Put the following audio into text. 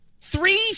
three